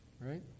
right